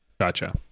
Gotcha